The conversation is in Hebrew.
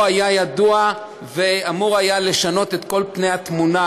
היה ידוע והיה אמור לשנות את כל התמונה,